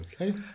Okay